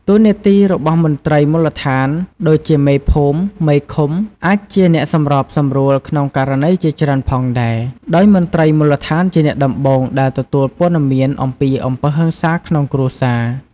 តួនាទីរបស់មន្ត្រីមូលដ្ឋាន ដូចជាមេភូមិ មេឃុំ អាចជាអ្នកសម្របសម្រួលក្នុងករណីជាច្រើនផងដែរ ដោយមន្ត្រីមូលដ្ឋានជាអ្នកដំបូងដែលទទួលព័ត៌មានអំពីអំពើហិង្សាក្នុងគ្រួសារ។